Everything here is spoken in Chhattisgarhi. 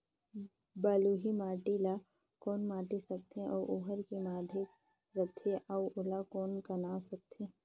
बलुही माटी ला कौन माटी सकथे अउ ओहार के माधेक राथे अउ ओला कौन का नाव सकथे?